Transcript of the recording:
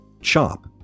chop